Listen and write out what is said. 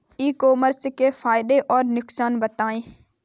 ई commerce के फायदे और नुकसान बताएँ?